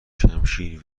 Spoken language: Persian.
شمشیر